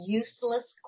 useless